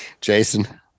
Jason